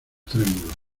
trémulos